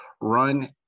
run